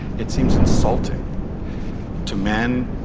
it seems insulting to men,